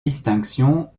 distinctions